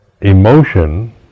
emotion